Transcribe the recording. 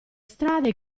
strade